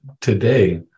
today